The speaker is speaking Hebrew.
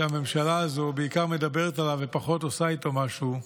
שהממשלה הזאת מדברת עליו ופחות עושה איתו משהו: